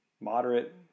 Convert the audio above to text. moderate